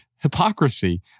hypocrisy